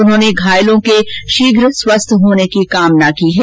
उन्होंने घायलों के शीघ स्वस्थ होने की कामना की है